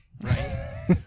Right